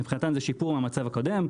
מבחינתן זה שיפור מהמצב הקודם.